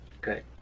Good